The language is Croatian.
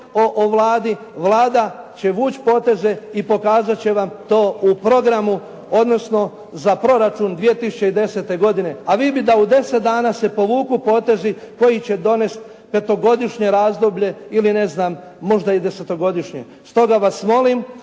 o Vladi. Vlada će vući poteze i pokazat će vam to u programu odnosno za proračun 2010. godine a vi bi da u deset dana se povuku potezi koji će donesti petogodišnje razdoblje ili možda i desetogodišnje. Stoga vas molim